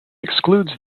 excludes